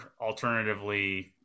alternatively